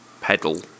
pedal